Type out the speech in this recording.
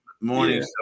morning